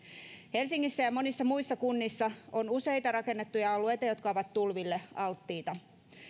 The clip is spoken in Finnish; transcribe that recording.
helsingissä ja monissa muissa kunnissa on useita rakennettuja alueita jotka ovat tulville alttiita